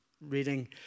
reading